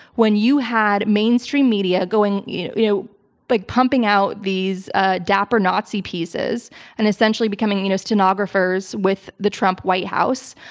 when you had mainstream media going you know you know like pumping out these ah dapper nazi pieces and essentially becoming you know stenographers with the trump white house,